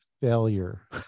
failure